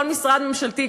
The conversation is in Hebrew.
כל משרד ממשלתי,